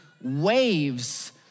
waves